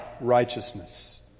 righteousness